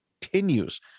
continues